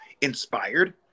inspired